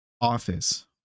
Office